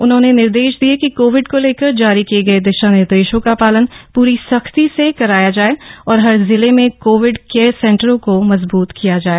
उन्होंने निर्देश दिये कि कोविड को लेकर जारी किए गए दिशा निर्देशों का पालन प्री सख्ती से कराया जाए और हर जिले में कोविड केयर सेंटरों को मजबूत किया जाए